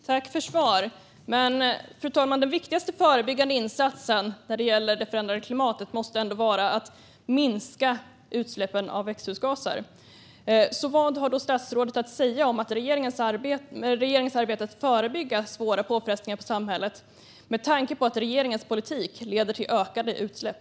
Fru talman! Jag tackar för svaret. Men den viktigaste förebyggande insatsen när det gäller det förändrade klimatet måste ändå vara att minska utsläppen av växthusgaser. Vad har statsrådet att säga om regeringens arbete för att förebygga svåra påfrestningar på samhället, med tanke på att regeringens politik leder till ökade utsläpp?